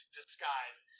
disguise